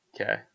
Okay